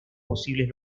posibles